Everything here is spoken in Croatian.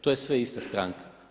To je sve ista stranka.